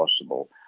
possible